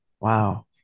Wow